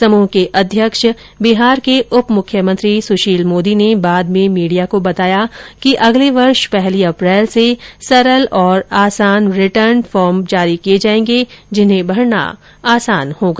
समूह के अध्यक्ष बिहार के उप मुख्यमंत्री सुशील मोदी ने बाद में मीडिया को बताया कि अगले वर्ष पहली अप्रैल से सरल और आसान रिटर्न फार्म जारी किए जाएंगे जिन्हें भरना आसान होगा